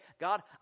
God